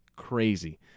Crazy